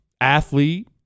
athlete